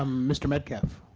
um mr. metcalf?